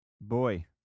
Boy